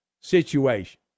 situation